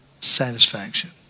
satisfaction